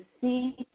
see